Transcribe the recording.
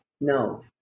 no